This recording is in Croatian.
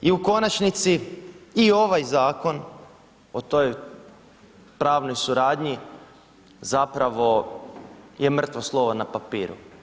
I u konačnici i ovaj zakon o toj pravnoj suradnji zapravo je mrtvo slovo na papiru.